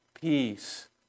Peace